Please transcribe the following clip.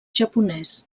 japonès